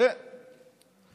הם